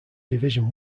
division